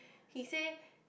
he say